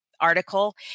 article